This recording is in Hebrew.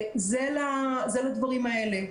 זה לדברים האלה.